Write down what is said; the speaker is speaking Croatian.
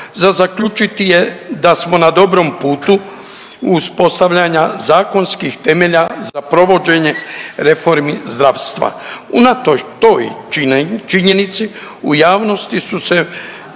Za zaključiti je da smo na dobrom putu uspostavljanja zakonskih temelja za provođenje reformi zdravstva. Unatoč toj činjenici u javnosti su se